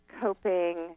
coping